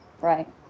right